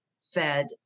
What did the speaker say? fed